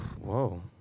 Whoa